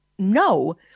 No